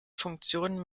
funktionen